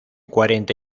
cuarenta